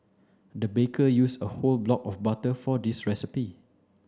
the baker used a whole block of butter for this recipe